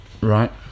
Right